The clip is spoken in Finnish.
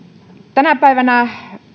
tänä päivänä